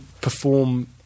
perform